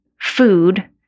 food